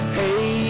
hey